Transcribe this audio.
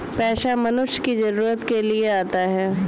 पैसा मनुष्य की जरूरत के लिए आता है